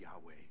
Yahweh